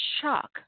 shock